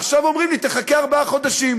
עכשיו אומרים לי: תחכה ארבעה חודשים,